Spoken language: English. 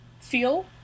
feel